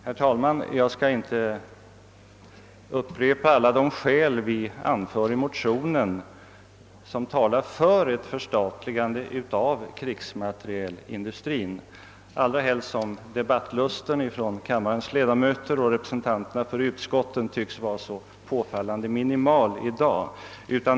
Herr talman! Jag skall inte upprepa alla de skäl vi anför i motionerna för ett förstatligande av krigsmaterielindustrin, allra helst som debattlusten hos kammarens ledamöter och representanterna för utskotten tycks vara så påfallande minimal i dag.